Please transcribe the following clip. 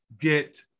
get